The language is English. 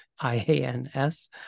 I-A-N-S